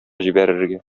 җибәрергә